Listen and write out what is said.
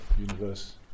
universe